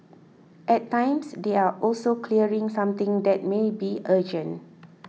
at times they are also clearing something that may be urgent